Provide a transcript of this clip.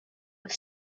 was